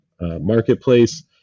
marketplace